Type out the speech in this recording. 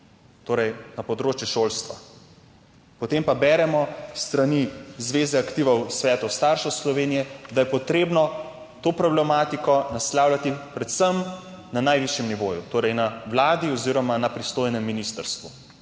torej na področju šolstva. Potem pa beremo s strani Zveze aktivov svetov staršev Slovenije, da je potrebno to problematiko naslavljati predvsem na najvišjem nivoju, torej na Vladi oziroma na pristojnem ministrstvu.